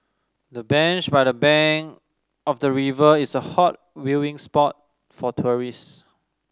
the bench by the bank of the river is a hot viewing spot for tourists